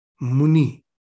muni